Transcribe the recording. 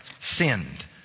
sinned